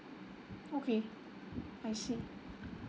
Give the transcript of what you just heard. okay I see